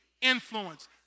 influence